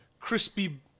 crispy